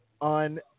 on